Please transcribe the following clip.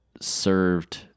served